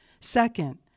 Second